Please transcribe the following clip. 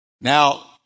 Now